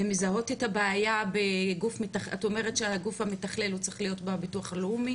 את אומרת שהגוף המתכלל הוא צריך להיות הביטוח הלאומי.